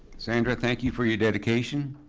sandra, thank you for your dedication.